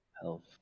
Health